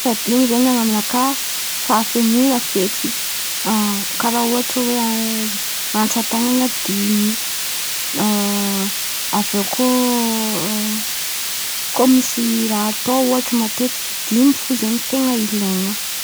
Faha dimy izen̈y amy nakà fahanoan̈a feky. Karàha ohatra hoe hes rantsan-tan̈ana dimy. Avy eo koa koa misy raha atao ohatra matetika dimy fo izen̈y ten̈a ilain̈a.